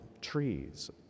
trees